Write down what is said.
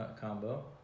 combo